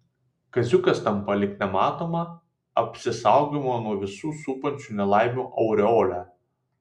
kaziukas tampa lyg nematoma apsisaugojimo nuo visų supančių nelaimių aureole